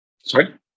Sorry